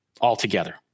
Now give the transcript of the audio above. altogether